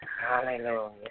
Hallelujah